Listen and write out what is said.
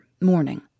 morning